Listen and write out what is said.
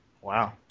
Wow